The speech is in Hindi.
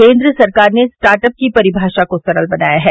केन्द्र सरकार ने स्टार्टअप की परिभाषा को सरल बनाया है